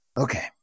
okay